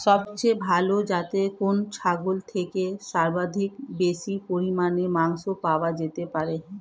সবচেয়ে ভালো যাতে কোন ছাগল থেকে সর্বাধিক বেশি পরিমাণে মাংস পাওয়া যেতে পারে?